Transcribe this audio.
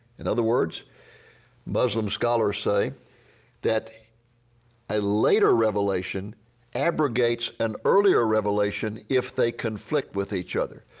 in other words muslim scholars say that a later revelation abrogates an earlier revelation if they conflict with each other.